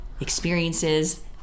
experiences